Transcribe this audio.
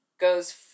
goes